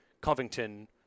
Covington